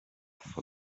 for